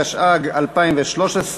התשע"ג 2013,